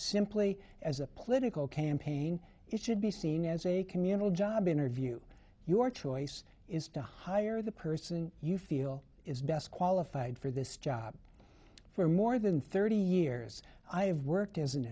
simply as a political campaign it should be seen as a communal job interview your choice is to hire the person you feel is best qualified for this job for more than thirty years i have worked as an